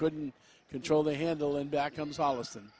couldn't control the handle and back comes